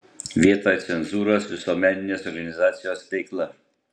vietoj cenzūros visuomeninės organizacijos veikla